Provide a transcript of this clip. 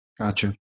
Gotcha